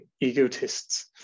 egotists